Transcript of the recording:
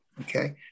Okay